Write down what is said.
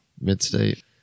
Mid-state